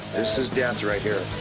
this is death, right here.